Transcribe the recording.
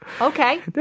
Okay